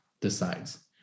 decides